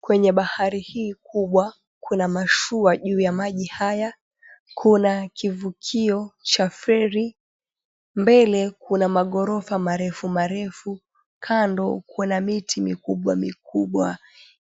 Kwenye bahari hii kubwa kuna mashua juu ya maji haya kuna kivukio cha feri. Mbele kuna maghorofa marefu marefu, kando kuna miti mikubwa mikubwa